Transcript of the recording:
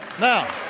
Now